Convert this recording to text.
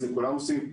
הורים